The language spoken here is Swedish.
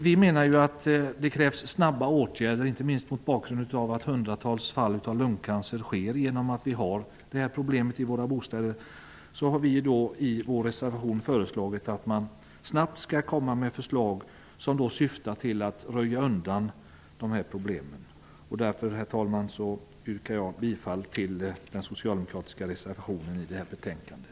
Vi menar att det krävs snabba åtgärder, inte minst mot bakgrund av att hundratals fall av lungcancer uppkommer genom att vi har detta problem i våra bostäder. Vi har i vår reservation föreslagit att man snabbt skall komma med förslag som syftar till att undanröja problemen. Därför yrkar jag bifall till den socialdemokratiska reservationen till det här betänkandet.